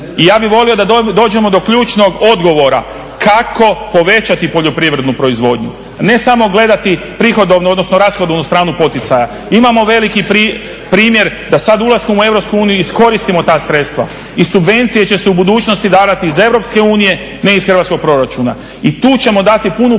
I ja bih volio da dođemo do ključnog odgovora kako povećati poljoprivrednu proizvodnju, a ne samo gledati prihodovnu odnosno rashodovnu stranu poticaja. Imamo veliki primjer da sada ulaskom u EU iskoristimo ta sredstva i subvencije će se u budućnosti davati iz EU, ne iz hrvatskog proračuna. i tu ćemo dati punu